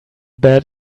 bed